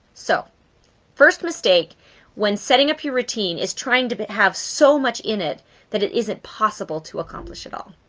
so first mistake when setting up your routine is trying to have so much in it that it isn't possible to accomplish at all.